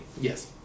Yes